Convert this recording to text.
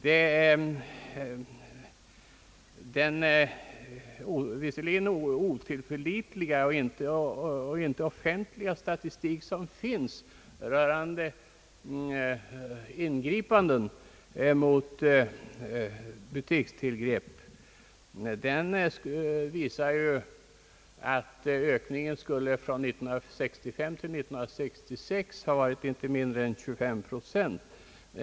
Den något otillförlitliga och icke offentliga statistik som finns rörande butikstillgrepp visar att ökningen från 1965 till 1966 skulle ha varit inte mindre än 25 procent.